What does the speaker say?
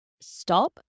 stop